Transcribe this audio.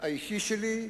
האישי שלי.